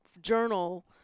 journal